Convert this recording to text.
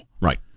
Right